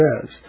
says